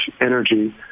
energy